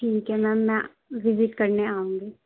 ٹھیک ہے میم میں وزٹ کرنے آؤں گی